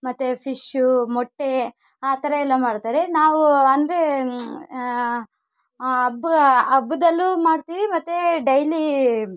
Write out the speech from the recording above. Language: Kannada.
ಮತ್ತು ಫಿಶ್ಷು ಮೊಟ್ಟೆ ಆ ಥರ ಎಲ್ಲ ಮಾಡ್ತಾರೆ ನಾವು ಅಂದರೆ ಹಬ್ಬ ಹಬ್ದಲ್ಲೂ ಮಾಡ್ತೀವಿ ಮತ್ತು ಡೈಲೀ